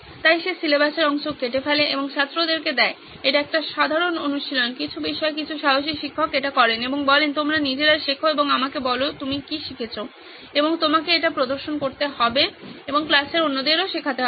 তাই সে সিলেবাসের অংশ কেটে ফেলে এবং ছাত্রদেরকে দেয় এটি একটি সাধারণ অনুশীলন কিছু বিষয়ে কিছু সাহসী শিক্ষক এটি করেন এবং বলেন তোমরা নিজেরা শিখুন এবং আমাকে বলুন আপনি কি শিখেছেন এবং আপনাকে এটা প্রদর্শন করতে হবে এবং ক্লাসের অন্যদের শেখাতে হবে